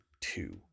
two